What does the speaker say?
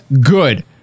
Good